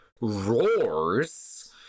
roars